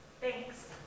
Thanks